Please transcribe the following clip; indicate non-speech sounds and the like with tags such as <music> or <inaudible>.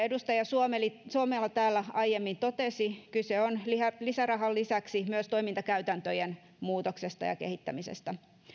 <unintelligible> edustaja suomela täällä aiemmin totesi kyse on lisärahan lisäksi myös toimintakäytäntöjen muutoksesta ja ja kehittämisestä